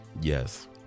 yes